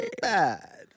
bad